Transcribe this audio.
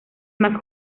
más